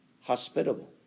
hospitable